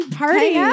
party